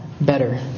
better